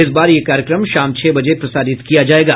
इस बार यह कार्यक्रम शाम छह बजे प्रसारित किया जाएगा